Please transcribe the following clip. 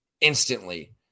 instantly